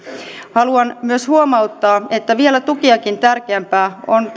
haluan myös huomauttaa että vielä tukiakin tärkeämpää on